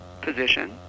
position